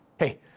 Hey